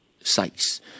sites